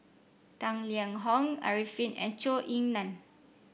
Tang Liang Hong Arifin and Zhou Ying Nan